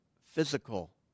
physical